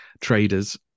traders